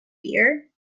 dear